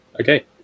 okay